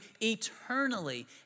eternally